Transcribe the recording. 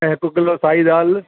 ऐं हिकु किलो साई दाल